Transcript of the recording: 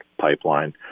pipeline